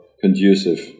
conducive